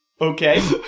Okay